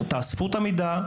תאספו את המידע,